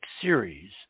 series